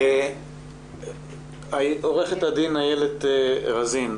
עו"ד איילת רזין.